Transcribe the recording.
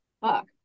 fuck